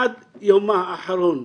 עד יומה האחרון,